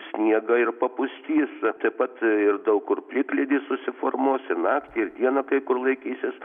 sniegą ir papustys taip pat ir daug kur plikledis susiformuos ir naktį ir dieną kai kur laikysis